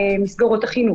בתקנות של מסגרות אחרות.